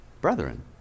brethren